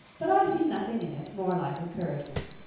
but i see nothing in it more like encouragement.